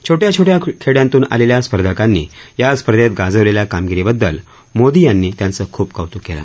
छोट्या छोट्या खेड्यातून आलेल्या स्पर्धकांनी या स्पर्धेत गाजवलेल्या कामगिरीबद्दल मोदी यांनी त्यांचं कौतूक केलं